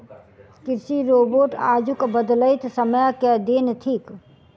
कृषि रोबोट आजुक बदलैत समय के देन थीक